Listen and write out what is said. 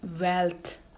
wealth